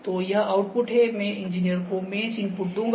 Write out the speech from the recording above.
तो यह आउटपुट है मैं इंजीनियरों को मेश इनपुट दूंगा